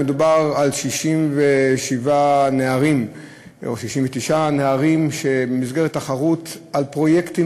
מדובר ב-69 נערים שבמסגרת תחרות על פרויקטים